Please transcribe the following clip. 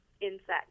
insects